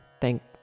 thank